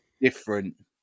different